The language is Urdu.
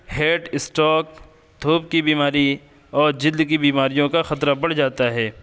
ہیڈ اسٹاک دھوپ کی بیماری اور جلد کی بیماریوں کا خطرہ بڑھ جاتا ہے